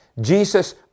Jesus